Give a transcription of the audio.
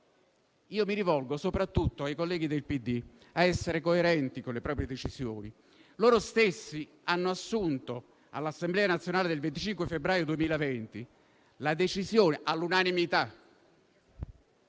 mi rivolgo soprattutto ai colleghi del PD), a essere coerenti con le proprie decisioni. Loro stessi nell'assemblea nazionale del 25 febbraio 2020, approvando all'unanimità